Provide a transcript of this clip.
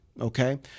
Okay